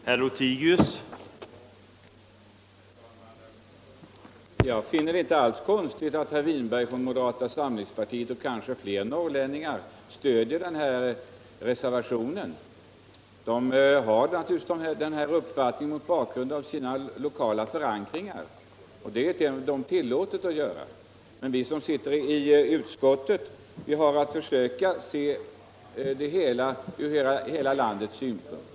Herr talman! Jag finner det inte alls konstigt att herr Winberg från moderata samlingspartiet och kanske fler norrlänningar stödjer den nämnda reservationen. De har naturligtvis sin uppfattning mot bakgrund av sina lokala förankringar, och det är dem tillåtet. Vi som sitter i utskottet har att försöka se det hela ur hela landets synvinkel.